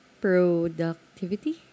Productivity